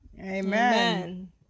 Amen